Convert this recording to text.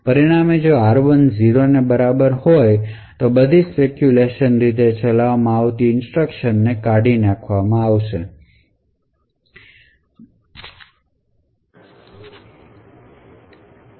તેથી પરિણામે જો r1 0 ની બરાબર હોય તો બધી સ્પેકયુલેશન રીતે ચલાવવામાં આવતી ઇન્સટ્રકશન ને કાઢી નાખવાની જરૂર રહેશે